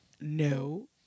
no